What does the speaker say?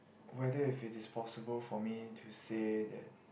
weather if it disposable for me to say that